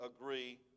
agree